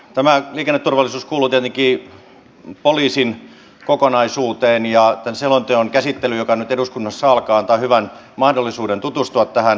tämä liikenneturvallisuus kuuluu tietenkin poliisin kokonaisuuteen ja tämän selonteon käsittely joka nyt eduskunnassa alkaa antaa hyvän mahdollisuuden tutustua tähän